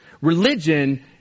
Religion